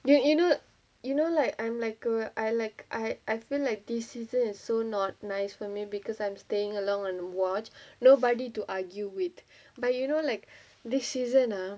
you you know you know like I'm like ah I like I I feel like this season and so not nice for me because I'm staying along on the watch nobody to argue with but you know like this season ah